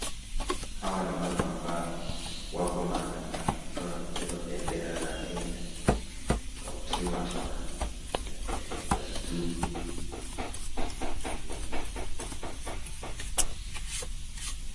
Hawa ni watu ambao wako maandamano wakiwa wamebeba bendera za kenya wakiwa wanapiga kelele za juu ndio,,,,